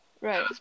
Right